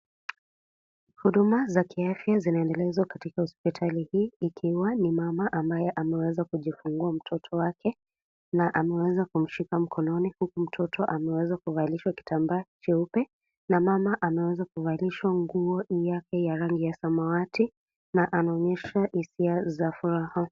Huduma za kiafya kinaendelezwa katika hospitali hii ikiwa ni mama ambaye ameweza kujifungua mtoto Wake na ameweza kumshika mkononi huku mtoto ameweza kuvalishwa kitamba cheupe na mama ameweza kuvalishwa nguo yake ya rangi ya samawati na anaonyesha isia za furaha.